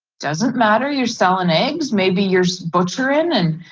doesn't matter you're selling eggs, maybe your butcher in and,